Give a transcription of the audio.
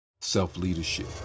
self-leadership